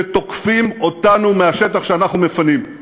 שתוקפים אותנו מהשטח שאנחנו מפנים.